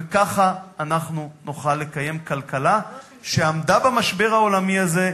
וככה אנחנו נוכל לקיים כלכלה שעמדה במשבר העולמי הזה.